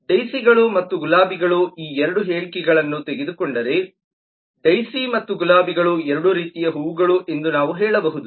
ಡೈಸಿಗಳು ಮತ್ತು ಗುಲಾಬಿಗಳು ಈ 2 ಹೇಳಿಕೆಗಳನ್ನು ತೆಗೆದುಕೊಂಡರೆ ಡೈಸಿ ಮತ್ತು ಗುಲಾಬಿಗಳು ಎರಡೂ ರೀತಿಯ ಹೂವುಗಳು ಎಂದು ನಾವು ಹೇಳಬಹುದು